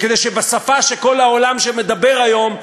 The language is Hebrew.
וכדי שבשפה שכל העולם מדבר היום,